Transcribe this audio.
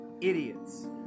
idiots